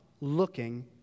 looking